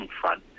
Front